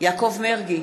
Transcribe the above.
יעקב מרגי,